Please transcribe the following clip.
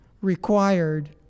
required